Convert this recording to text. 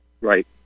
right